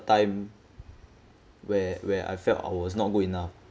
time where where I felt I was not good enough